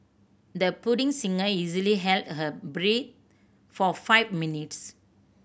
the budding singer easily held her breath for five minutes